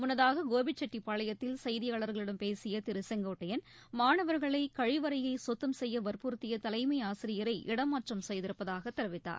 முன்னதாககோபிச்செட்டிப்பாளையத்தில் செய்தியாளர்களிடம் பேசியதிருசெங்கோட்டையன் மாணவர்களைகழிவறையைசுத்தம் செய்யவற்புறுத்தியதலைமைஆசிரியரை டெமாற்றம் செய்திருப்பதாகதெரிவித்தார்